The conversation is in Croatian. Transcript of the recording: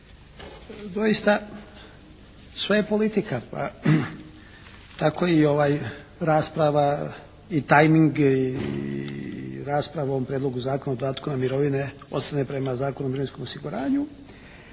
Doista, sve je politika. Pa tako i ova rasprava i timeing i rasprava o ovom Prijedlogu zakona o dodatku na mirovine ostvarene prema Zakonu o mirovinskom osiguranju,